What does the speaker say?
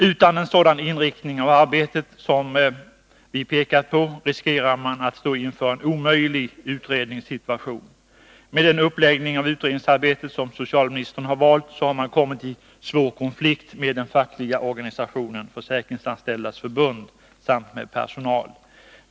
Utan en sådan inriktning av arbetet som vi pekat på riskerar man att stå inför en omöjlig utredningssituation. Med den uppläggning av utredningsarbetet som socialministern har valt har man kommit i svår konflikt med den fackliga organisationen — Försäkringsanställdas förbund — samt med personalen.